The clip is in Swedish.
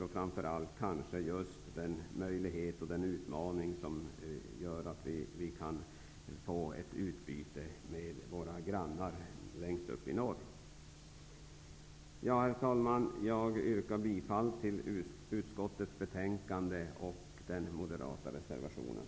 Det gäller framför allt utmaningen i att skapa ett utbyte med våra grannar längst upp i norr. Herr talman! Jag yrkar bifall till utskottets hemställan i betänkandet och den moderata reservationen.